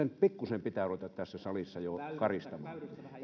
nyt pikkuisen pitää ruveta tässä salissa jo karistamaan